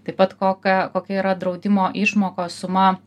taip pat koka kokia yra draudimo išmokos suma